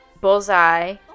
Bullseye